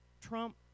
Trump